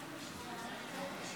שלוש דקות לרשותך,